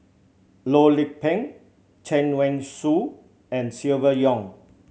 Loh Lik Peng Chen Wen Hsi and Silvia Yong